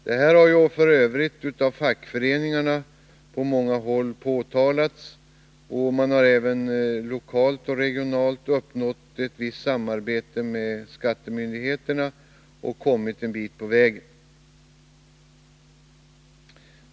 Detta har f. ö. påpekats av fackföreningarna på många håll, och man har lokalt och regionalt uppnått ett visst samarbete med skattemyndigheterna och kommit en bit på vägen.